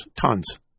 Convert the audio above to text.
tons